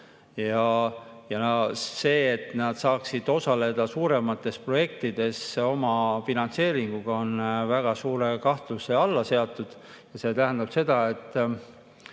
ja see, et nad saaksid osaleda suuremates projektides omafinantseeringuga, on väga suure kahtluse alla seatud. See tähendab seda, et